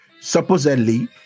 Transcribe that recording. supposedly